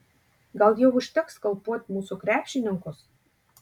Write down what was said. gal jau užteks skalpuot mūsų krepšininkus